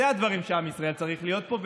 אלה הדברים שעם ישראל צריך לראות פה,